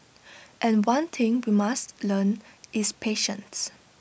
and one thing we must learn is patience